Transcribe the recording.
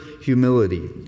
humility